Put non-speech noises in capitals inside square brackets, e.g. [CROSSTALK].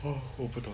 [NOISE] 我不懂